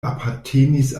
apartenis